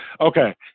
Okay